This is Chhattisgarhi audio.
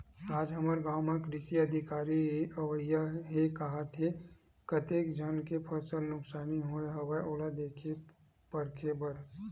आज हमर गाँव म कृषि अधिकारी अवइया हे काहत हे, कतेक झन के फसल नुकसानी होय हवय ओला देखे परखे बर